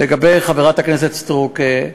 לגבי חברת הכנסת סטרוק,